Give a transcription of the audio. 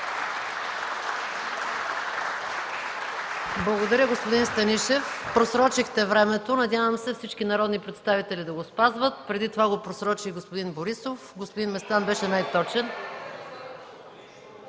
Благодаря, господин Станишев. Просрочихте времето. Надявам се всички народни представители да го спазват. Преди това го просрочи и господин Борисов. (Оживление в ГЕРБ.) Господин Местан беше най-точен.